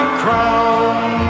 crown